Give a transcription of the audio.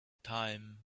time